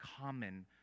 common